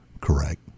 Correct